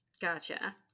Gotcha